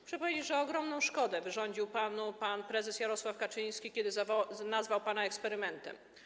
Muszę powiedzieć, że ogromną szkodę wyrządził panu pan prezes Jarosław Kaczyński, kiedy nazwał pana eksperymentem.